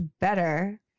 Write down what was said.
better